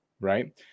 right